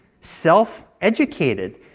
self-educated